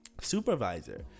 supervisor